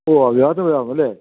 ഓ വിവാഹത്തിന് പോയതായിരുന്നല്ലേ